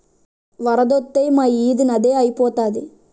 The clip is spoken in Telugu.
వరదొత్తే మా ఈది నదే ఐపోతాది